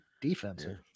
defensive